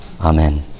Amen